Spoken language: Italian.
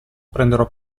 prenderò